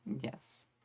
Yes